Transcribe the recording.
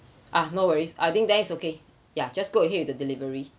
ah no worries I think then it's okay ya just go ahead with the delivery